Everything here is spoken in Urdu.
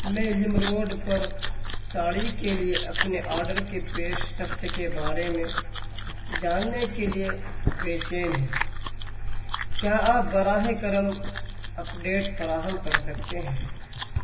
میں لمروڈ پر ساڑی کے لیے اپنے آرڈر کی پیش رفت کے بارے میں جاننے کے لیے بے چین ہوں کیا آپ براہ کرم اپڈیٹ فراہم کر سکتے ہیں